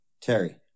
Terry